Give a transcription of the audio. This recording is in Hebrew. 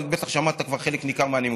אבל בטח שמעת כבר חלק מכמה מהנימוקים.